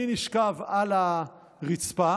אני נשכב על הרצפה